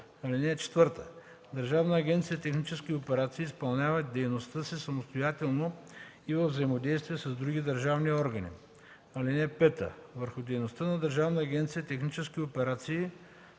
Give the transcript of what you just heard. съвет. (4) Държавна агенция „Технически операции” изпълнява дейността си самостоятелно и във взаимодействие с други държавни органи. (5) Върху дейността на Държавна агенция „Технически операции”